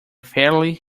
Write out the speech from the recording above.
fairly